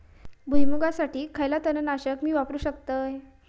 भुईमुगासाठी खयला तण नाशक मी वापरू शकतय?